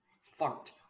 fart